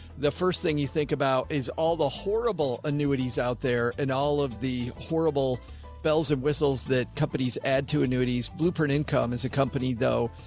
the first thing you think about is all the horrible annuities out there and all of the horrible bells and whistles that companies add to annuities, blueprint income as a company, though.